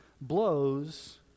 blows